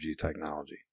technology